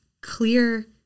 clear